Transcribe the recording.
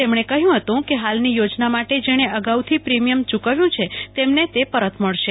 તેમણે કહ્યું હતું કે હાલની યોજના માટે જેણે અગાઉથી પ્રીમીયમ યુકવ્યું છે તેમને તે પરત મળશે